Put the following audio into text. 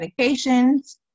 medications